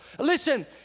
Listen